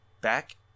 Back